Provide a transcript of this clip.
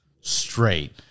straight